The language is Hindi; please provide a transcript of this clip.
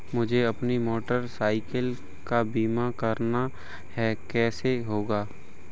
मुझे अपनी मोटर साइकिल का बीमा करना है कैसे होगा?